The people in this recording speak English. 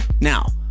Now